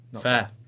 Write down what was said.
fair